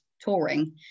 touring